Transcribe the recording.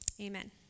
Amen